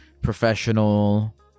professional